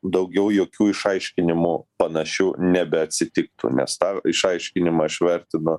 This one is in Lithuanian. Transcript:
daugiau jokių išaiškinimų panašių nebeatsitiktų nes tą išaiškinimą aš vertinu